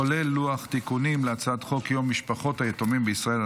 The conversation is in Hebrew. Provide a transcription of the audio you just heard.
כולל לוח התיקונים להצעת חוק יום משפחות היתומים בישראל,